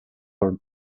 for